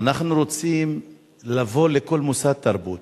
אנחנו רוצים לבוא לכל מוסד תרבות